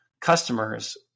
customers